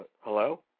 Hello